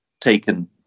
taken